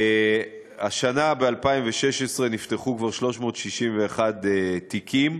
השנה, ב-2016, נפתחו כבר 361 תיקים,